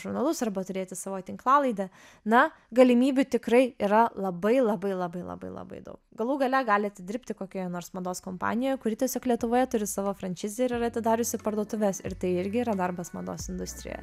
žurnalus arba turėti savo tinklalaidę na galimybių tikrai yra labai labai labai labai labai daug galų gale galite dirbti kokioje nors mados kompanijoje kuri tiesiog lietuvoje turi savo franšizę ir yra atidariusi parduotuves ir tai irgi yra darbas mados industrijoje